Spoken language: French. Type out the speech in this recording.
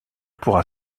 pourra